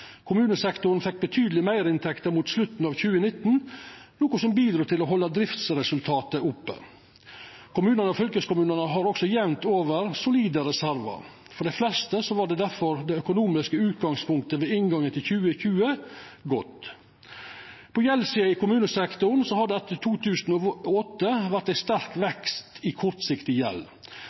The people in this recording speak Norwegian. Kommunesektoren fekk betydelege meirinntekter mot slutten av 2019, noko som bidrog til å halda driftsresultatet oppe. Kommunane og fylkeskommunane har også jamt over solide reserver. For dei fleste var difor det økonomiske utgangspunktet ved inngangen til 2020 godt. På gjeldssida i kommunesektoren har det etter 2008 vore ein sterk vekst i kortsiktig gjeld.